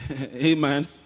Amen